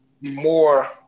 more